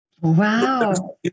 Wow